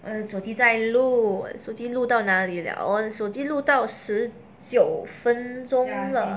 err 手机在录手机录到哪里了我手机录到十九分钟了